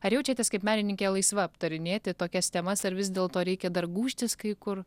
ar jaučiatės kaip menininkė laisva aptarinėti tokias temas ar vis dėlto reikia dar gūžtis kai kur